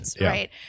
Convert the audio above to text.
Right